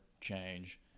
change